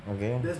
okay